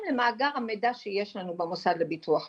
למאגר המידע שיש לנו במוסד לביטוח לאומי.